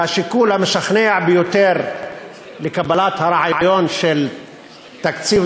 והשיקול המשכנע ביותר לקבלת הרעיון של תקציב